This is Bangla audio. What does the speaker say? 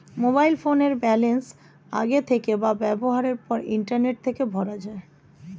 মোবাইল ফোনের ব্যালান্স আগের থেকে বা ব্যবহারের পর ইন্টারনেট থেকে ভরা যায়